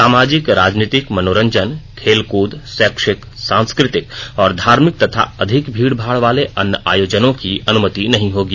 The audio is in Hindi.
सामाजिक राजनीतिक मनोरंजन खेलकृद शैक्षिक सांस्कृतिक और धार्मिक तथा अधिक भीड़ भाड़ वाले अन्य आयोजनों की अनुमति नहीं होगी